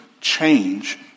change